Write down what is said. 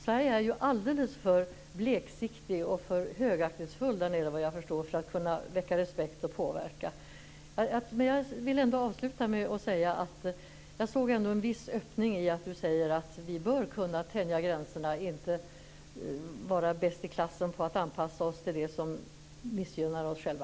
Sverige är ju alldeles för bleksiktigt och högaktningsfullt där nere, vad jag förstår, för att kunna väcka respekt och påverka. Men jag vill avluta med att säga att jag ändå såg en viss öppning i att Sven-Erik Österberg sade att vi bör kunna tänja gränserna och inte vara bäst i klassen på att anpassa oss till det som missgynnar oss själva.